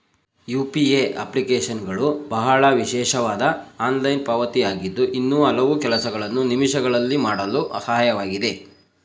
UPA ಅಪ್ಲಿಕೇಶನ್ಗಳು ಬಹಳ ವಿಶೇಷವಾದ ಆನ್ಲೈನ್ ಪಾವತಿ ಆಗಿದ್ದು ಇನ್ನೂ ಹಲವು ಕೆಲಸಗಳನ್ನು ನಿಮಿಷಗಳಲ್ಲಿ ಮಾಡಲು ಸಹಾಯಕವಾಗಿದೆ